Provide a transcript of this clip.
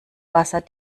wasser